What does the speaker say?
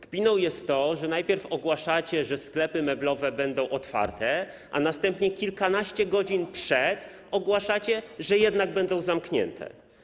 Kpiną jest to, że najpierw ogłaszacie, że sklepy meblowe będą otwarte, a następnie - kilkanaście godzin przed - ogłaszacie, że jednak będą zamknięte.